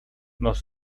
nos